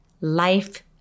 life